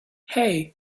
hey